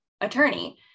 attorney